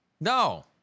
No